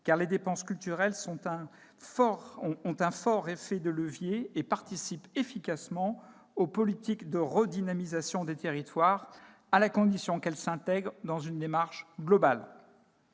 car les dépenses culturelles ont un fort effet de levier et participent efficacement aux politiques de redynamisation des territoires, à la condition qu'elles s'intègrent dans une démarche globale.